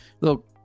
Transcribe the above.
look